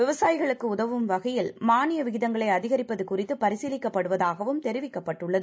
விவசாயிகளுக்குஉதவும்வகையில்மானியவிகிதங்களைஅதிகரிப்பதுகுறித்து பரிசீலிக்கப்படுவதாகவும்தெரிவிக்கப்பட்டுள்ளது